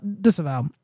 Disavow